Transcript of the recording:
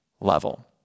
level